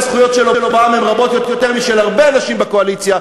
הזכויות שלו בעם הן רבות יותר משל הרבה אנשים בקואליציה.